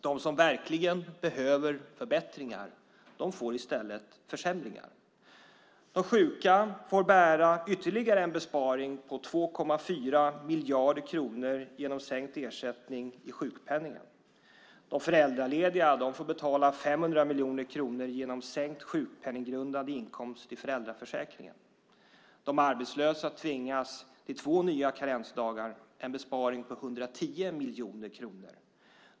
De som verkligen behöver förbättringar får i stället försämringar. De sjuka får bära ytterligare en besparing på 2,4 miljarder kronor genom sänkt ersättning i sjukpenningen. De föräldralediga får betala 500 miljoner kronor genom sänkt sjukpenninggrundande inkomst i föräldraförsäkringen. De arbetslösa tvingas till två nya karensdagar - en besparing på 110 miljoner kronor.